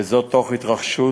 וזאת תוך התרחשות